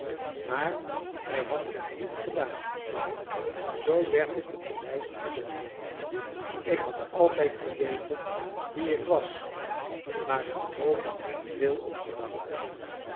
maar hij had het niet gedaan en zoo werd ik op de lijst gezet ik had altijd geweten wie ik was maar er nooit veel om gedacht